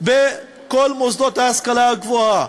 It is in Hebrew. בכל המוסדות להשכלה גבוהה,